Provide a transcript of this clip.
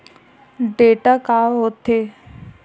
Data का होथे?